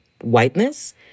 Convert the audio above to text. whiteness